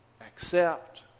accept